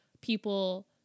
people